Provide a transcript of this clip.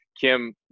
Kim